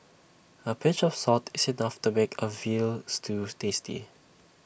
A pinch of salt is enough to make A Veal Stew tasty